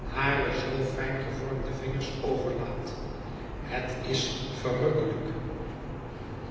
hare zoo fijn gevormde vingers overlaat het is verrukkelijk